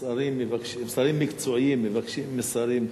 שרים מקצועיים מבקשים משרים,